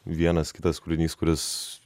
vienas kitas kūrinys kuris